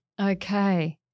Okay